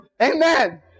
Amen